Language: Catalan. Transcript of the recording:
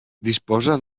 disposa